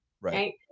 Right